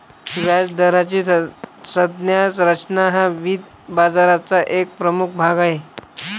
व्याजदराची संज्ञा रचना हा वित्त बाजाराचा एक प्रमुख भाग आहे